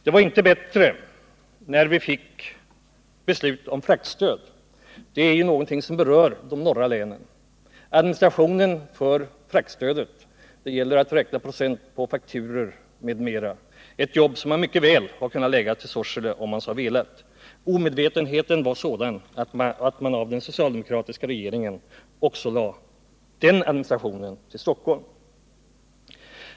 Det var inte bättre när vi fick beslutet om fraktstöd, som ju framför allt gäller Norrland. Administrationen för fraktstödet, dvs. att räkna procent på fakturor m.m., är ett jobb som man mycket väl hade kunnat lägga till Sorsele, om man så velat. Omedvetenheten hos den socialdemokratiska regeringen var då sådan att även den administrationen förlorades till Stockholm.